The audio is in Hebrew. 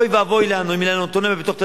אוי ואבוי לנו אם תהיה לנו אוטונומיה בתוך תל-אביב.